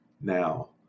now